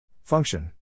Function